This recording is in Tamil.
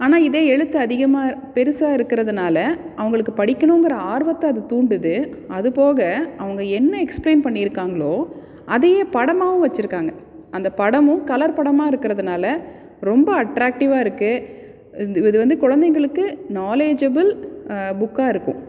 ஆனால் இதே எழுத்து அதிகமாக பெருசாக இருக்கிறதனால அவங்களுக்கு படிக்கணுங்கிற ஆர்வத்தை அது தூண்டுது அதுப்போக அவங்க என்ன எக்ஸ்ப்ளைன் பண்ணியிருக்காங்களோ அதையே படமாகவும் வச்சிருக்காங்க அந்த படமும் கலர் படமாக இருக்கிறதுனால ரொம்ப அட்ராக்டிவாக இருக்குது இந்த இது வந்து குழந்தைகளுக்கு நாலேஜபுல் புக்காக இருக்கும்